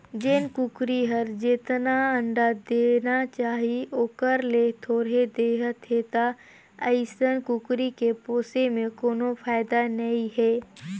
जेन कुकरी हर जेतना अंडा देना चाही ओखर ले थोरहें देहत हे त अइसन कुकरी के पोसे में कोनो फायदा नई हे